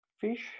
fish